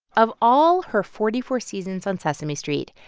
of all her forty four seasons on sesame street,